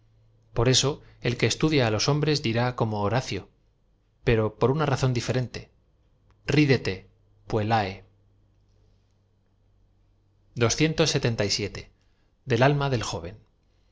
por eso el que estudia á los hombres dirá como hora cío pero por una razón diferente rid tttf put ae e l alma dél jo